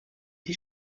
die